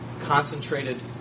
concentrated